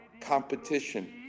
competition